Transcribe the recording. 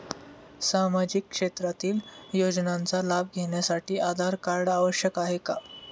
सामाजिक क्षेत्रातील योजनांचा लाभ घेण्यासाठी आधार कार्ड आवश्यक आहे का?